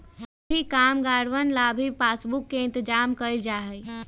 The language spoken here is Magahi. सभी कामगारवन ला भी पासबुक के इन्तेजाम कइल जा हई